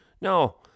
No